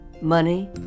Money